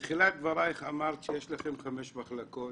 בתחילת דברייך אמרת שיש לכם ארבע מחלקות